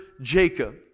Jacob